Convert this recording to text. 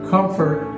Comfort